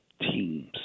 teams